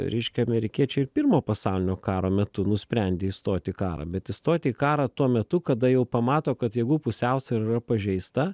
reiškia amerikiečiai ir pirmo pasaulinio karo metu nusprendė įstoti į karą bet įstoti į karą tuo metu kada jau pamato kad jėgų pusiausvyra yra pažeista